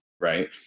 right